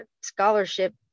scholarship